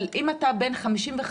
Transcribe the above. אבל אם אתה בן 55,